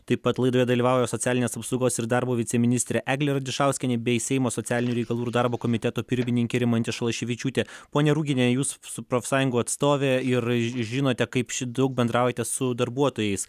taip pat laidoje dalyvauja socialinės apsaugos ir darbo viceministrė eglė radišauskienė bei seimo socialinių reikalų ir darbo komiteto pirmininkė rimantė šalaševičiūtė ponia ruginiene jūs su profsąjungų atstovė ir žinote kaip ši daug bendraujate su darbuotojais